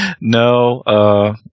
No